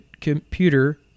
computer